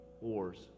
wars